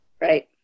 Right